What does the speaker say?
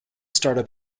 startup